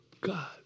God